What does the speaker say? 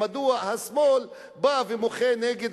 מדוע השמאל בא ומוחה נגד